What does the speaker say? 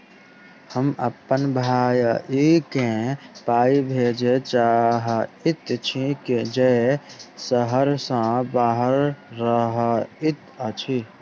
हम अप्पन भयई केँ पाई भेजे चाहइत छि जे सहर सँ बाहर रहइत अछि